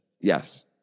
Yes